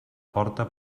porta